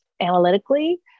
analytically